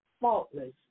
faultless